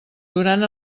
durant